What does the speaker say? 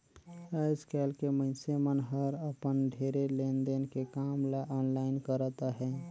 आएस काएल के मइनसे मन हर अपन ढेरे लेन देन के काम ल आनलाईन करत अहें